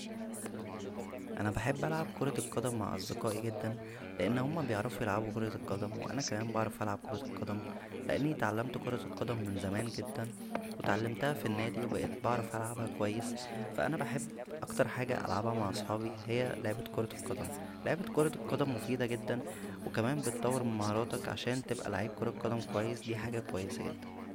انا بحب العب كرة القدم مع اصدقائى جدا لان هما بيعرفو يلعبو كرة القدم وانا كمان بعرف العب كرة القدم لانى تعلمت كرة القدم من زمان جدا واتعلمتها فالنادى وبقيت بعرف العبها كويس فا انا بحب اكتر حاجه العبها مع صحابى هى لعبة كرة القدم لعبة كرة القدم مفيده جدا وكمان بتطور من مهاراتك عشان تبقى لعيب كرة قدم كويس دى حاجه كويسه جدا